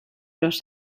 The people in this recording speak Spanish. los